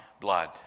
blood